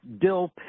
Dill